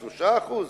3%?